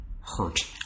hurt